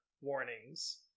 warnings